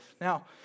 Now